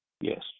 Yes